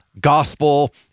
gospel